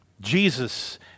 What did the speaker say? Jesus